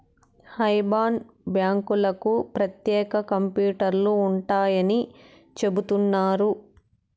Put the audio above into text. IBAN బ్యాంకులకు ప్రత్యేక కంప్యూటర్లు ఉంటాయని చెబుతున్నారు